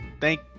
thank